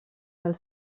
del